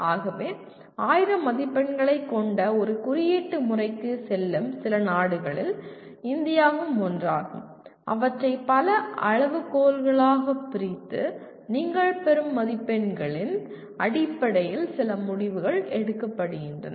ஆகவே 1000 மதிப்பெண்களைக் கொண்ட ஒரு குறியீட்டு முறைக்குச் செல்லும் சில நாடுகளில் இந்தியாவும் ஒன்றாகும் அவற்றை பல அளவுகோல்களாகப் பிரித்து நீங்கள் பெறும் மதிப்பெண்களின் அடிப்படையில் சில முடிவுகள் எடுக்கப்படுகின்றன